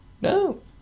No